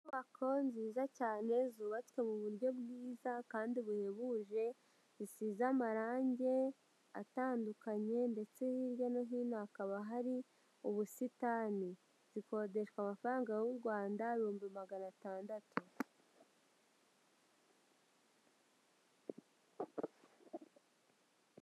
Inyubako nziza cyane zubatswe mu buryo bwiza kandi buhebuje zishize amarange atandukanye ndetse hirya no hino hakaba hari ubusitani, zikodeshwa amafaranga y'u Rwanda ibihumbi magana atandatu.